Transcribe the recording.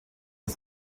dos